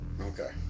Okay